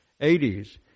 80s